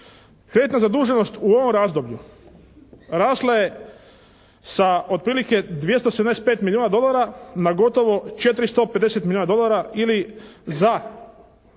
Kreditna zaduženost u ovom razdoblju rasla je sa otprilike 275 milijuna dolara na gotovo 450 milijuna dolara ili za